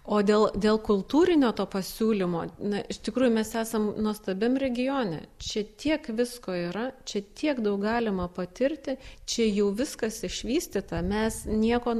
o dėl dėl kultūrinio to pasiūlymo na iš tikrųjų mes esam nuostabiam regione čia tiek visko yra čia tiek daug galima patirti čia jau viskas išvystyta mes nieko